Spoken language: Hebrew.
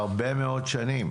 שזה הרבה מאוד שנים,